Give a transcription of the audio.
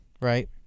Right